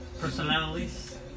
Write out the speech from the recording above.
personalities